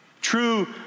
true